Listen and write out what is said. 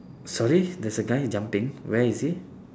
sorry there's a guy jumping where is he